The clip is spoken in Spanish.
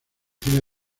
cine